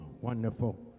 wonderful